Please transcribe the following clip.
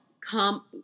come